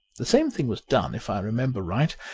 the same thing was done, if i remember right,